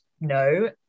no